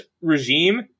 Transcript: regime